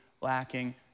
lacking